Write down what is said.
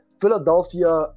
Philadelphia